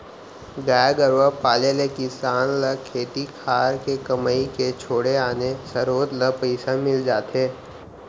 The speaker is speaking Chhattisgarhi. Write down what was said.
गाय गरूवा पाले ले किसान ल खेती खार के कमई के छोड़े आने सरोत ले पइसा मिल जाथे